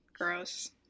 gross